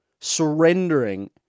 surrendering